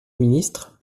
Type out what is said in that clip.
ministre